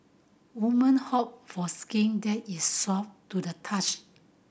women hope for skin that is soft to the touch